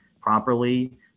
properly